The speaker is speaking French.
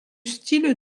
style